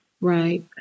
Right